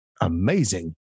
Amazing